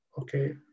Okay